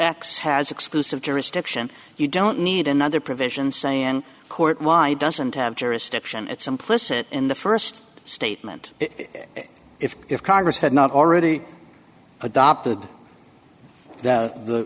x has exclusive jurisdiction you don't need another provision saying court why doesn't have jurisdiction it's implicit in the first statement if if congress had not already adopted